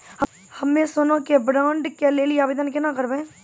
हम्मे सोना के बॉन्ड के लेली आवेदन केना करबै?